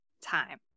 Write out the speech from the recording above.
time